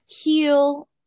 heal